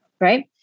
right